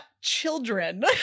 children